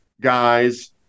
guys